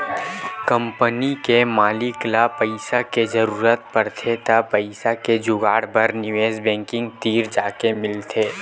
company के मालिक ल पइसा के जरूरत परथे त पइसा के जुगाड़ बर निवेस बेंकिग तीर जाके मिलथे